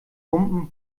humpen